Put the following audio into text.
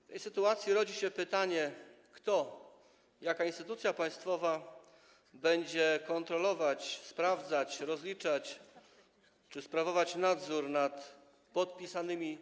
W tej sytuacji rodzi się pytanie, kto, jaka instytucja państwowa będzie kontrolować, sprawdzać, rozliczać czy sprawować nadzór nad podpisanymi